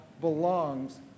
belongs